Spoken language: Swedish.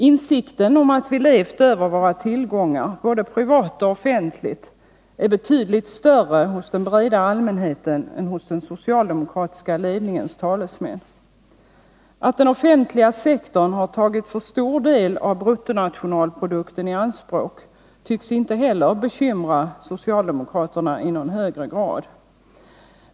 Insikten om att vi levt över våra tillgångar både privat och offentligt är betydligt större hos den breda allmänheten än hos den socialdemokratiska ledningens talesmän. Att den offentliga sektorn har tagit för stor del av bruttonationalprodukten i anspråk tycks inte bekymra socialdemokraterna i någon högre grad.